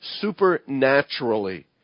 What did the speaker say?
supernaturally